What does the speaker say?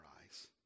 eyes